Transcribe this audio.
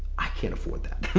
i can't afford that.